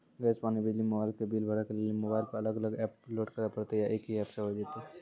Gas, पानी, बिजली, mobile के बिल भरे लेली मोबाइल पर अलग अलग एप्प लोड करे परतै या एक ही एप्प से होय जेतै?